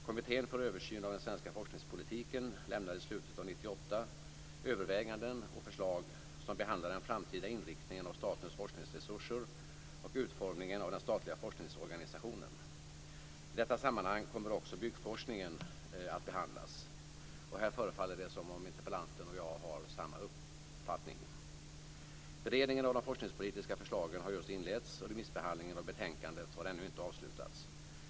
Kommittén för översyn av den svenska forskningspolitiken lämnade i slutet av 1998 överväganden och förslag som behandlar den framtida inriktningen av statens forskningsresurser och utformningen av den statliga forskningsorganisationen. I detta sammanhang kommer också byggforskningen att behandlas. Här förefaller det som om interpellanten och jag har samma uppfattning. Beredningen av de forskningspolitiska förslagen har just inletts, och remissbehandlingen av betänkandet har ännu inte avslutats.